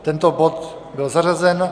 Tento bod byl zařazen.